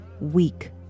Weak